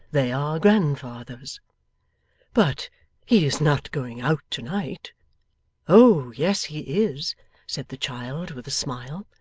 they are grandfather's but he is not going out to-night oh, yes, he is said the child, with a smile.